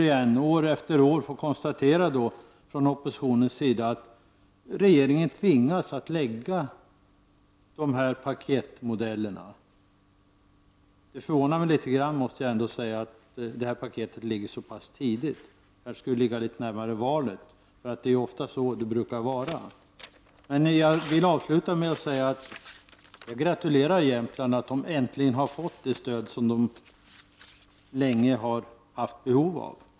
Från oppositionen får vi samtidigt också år efter år konstaterat att regeringen tvingas lägga fram förslag om dessa paketmodeller. Det förvånar mig litet grand att detta paket sätts in så tidigt. Det borde ligga närmare valet. Det är ju så det brukar vara. Jag vill avsluta med att gratulera Jämtland till att äntligen ha fått det stöd som man länger har haft behov av.